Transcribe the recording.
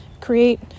Create